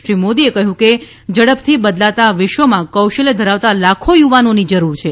શ્રી મોદીએ કહ્યું કે ઝડપથી બદલાતા વિશ્વમાં કૌશલ્ય ધરાવતા લાખો યુવાનોની જરૂર છે